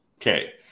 okay